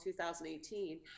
2018